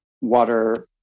water